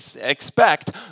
expect